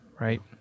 right